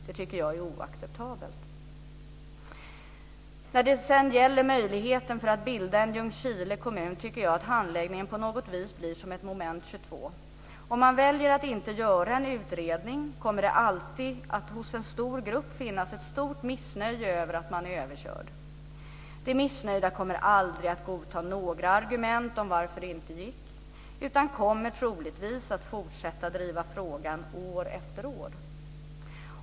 Det tycker jag är oacceptabelt. När det gäller möjligheten att bilda Ljungskile kommun tycker jag att handläggningen på något vis blir som moment 22. Om man å ena sidan väljer att inte göra en utredning så kommer det alltid att hos en stor grupp finnas ett utbrett missnöje över att man är överkörd. De missnöjda kommer aldrig att godta några argument till varför det inte gick, utan de kommer troligtvis att fortsätta driva frågan år efter år.